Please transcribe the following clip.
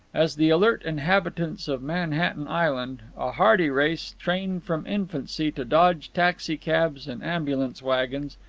as the alert inhabitants of manhattan island, a hardy race trained from infancy to dodge taxicabs and ambulance wagons,